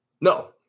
no